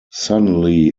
suddenly